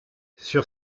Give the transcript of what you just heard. sur